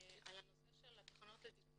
על תחנות לטיפול